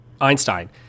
Einstein